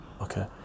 Okay